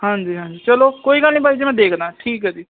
ਹਾਂਜੀ ਹਾਂਜੀ ਚਲੋ ਕੋਈ ਗੱਲ ਨਹੀਂ ਬਾਈ ਜੀ ਮੈਂ ਦੇਖਦਾ ਠੀਕ ਹੈ ਜੀ